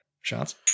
Shots